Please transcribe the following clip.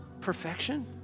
perfection